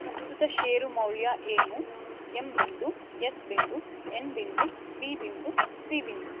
ಪ್ರಸ್ತುತ ಷೇರು ಮೌಲ್ಯ ಏನು ಎಮ್ ಬಿಂದು ಎಸ್ ಬಿಂದು ಎನ್ ಬಿಂದು ಬಿ ಬಿಂದು ಸಿ ಬಿಂದು